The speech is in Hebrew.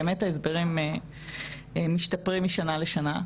באמת ההסברים משתפרים משנה לשנה.